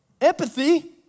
empathy